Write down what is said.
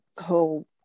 whole